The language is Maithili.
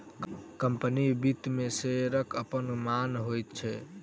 कम्पनी वित्त मे शेयरक अपन मान होइत छै